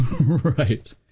Right